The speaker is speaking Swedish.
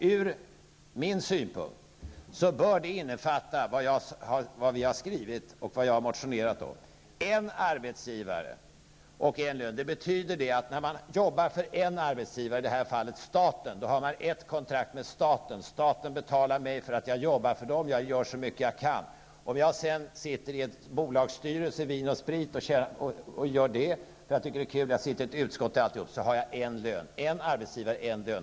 Ur min synpunkt bör det innefatta vad vi har skrivit och vad jag har motionerat om: en arbetsgivare och en lön. Det betyder att om man jobbar åt en arbetsgivare -- i detta fall staten -- har man kontrakt med staten, och staten betalar mig för att jag jobbar och gör så mycket jag kan. Om jag sedan sitter i bolagsstyrelser eller i ett utskott, så har jag i alla fall bara en lön. En arbetsgivare, en lön.